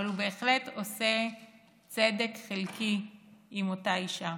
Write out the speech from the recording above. אבל הוא בהחלט עושה צדק חלקי עם אותה אישה.